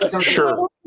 Sure